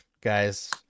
guys